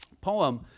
poem